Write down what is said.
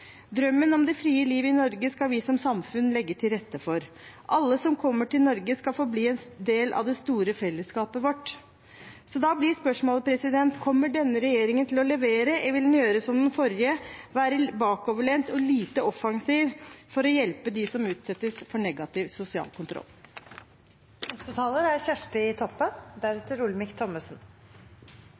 Drømmen om det frie liv i Norge skal vi som samfunn legge til rette for. Alle som kommer til Norge, skal få bli en del av det store fellesskapet vårt. Da blir spørsmålet: Kommer denne regjeringen til å levere, eller vil den gjøre som den forrige – være bakoverlent og lite offensiv for å hjelpe dem som utsettes for negativ sosial